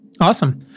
Awesome